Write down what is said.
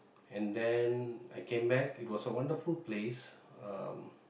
and then I came back it was a wonderful place um